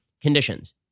conditions